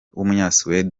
wavutse